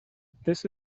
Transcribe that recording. this